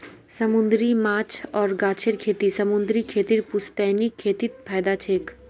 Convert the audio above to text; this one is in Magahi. समूंदरी माछ आर गाछेर खेती समूंदरी खेतीर पुश्तैनी खेतीत फयदा छेक